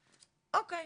אוקיי,